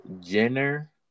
Jenner